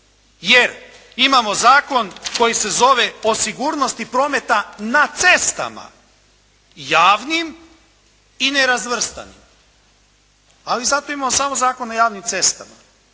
jer imamo zakon koji se zove o sigurnosti prometa na cestama, javim i nerazvrstanim. Ali zato imamo samo Zakon o javnim cestama